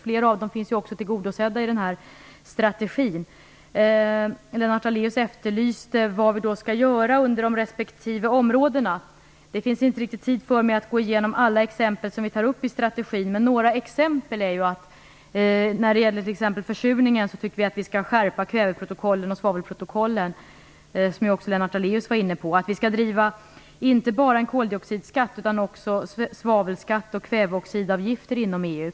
Flera av dem finns tillgodosedda i strategin. Lennart Daléus efterlyste besked om vad vi skall göra inom respektive område. Det finns inte riktigt tid för mig att gå igenom alla exempel vi tar upp i strategin, men jag kan ge några exempel. När det t.ex. gäller försurningen tycker vi att vi skall skärpa kväveprotokollen och svavelprotokollen, vilket också Lennart Daléus var inne på. Vi skall driva inte bara frågan om en koldioxidskatt utan också frågorna om svavelskatt och kväveoxidavgifter inom EU.